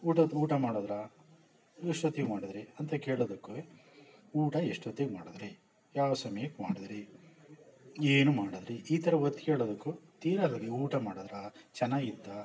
ಊಟದ ಊಟ ಮಾಡಿದ್ರಾ ಎಷ್ಟು ಹೊತ್ತಿಗೆ ಮಾಡಿದ್ರಿ ಅಂತ ಕೇಳೋದಕ್ಕು ಊಟ ಎಷ್ಟು ಹೊತ್ತಿಗೆ ಮಾಡಿದ್ರಿ ಯಾವ ಸಮ್ಯಕ್ಕೆ ಮಾಡಿದ್ರಿ ಏನು ಮಾಡಿದ್ರಿ ಈ ಥರ ಒತ್ತಿ ಕೇಳೋದಕ್ಕೂ ತೀರ ಊಟ ಮಾಡಿದ್ರಾ ಚೆನ್ನಾಗಿತ್ತಾ